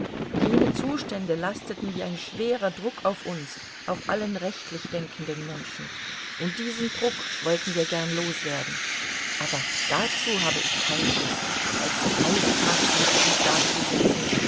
jene zustände lasteten wie ein schwerer druck auf uns auf allen rechtlich denkenden menschen und diesen druck wollten wir gern loswerden aber dazu habe ich keine lust als kreistagsmitglied dazusitzen